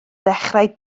ddechrau